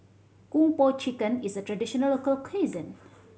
Kung Po Chicken is a traditional local cuisine